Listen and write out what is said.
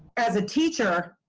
as a teacher,